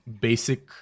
basic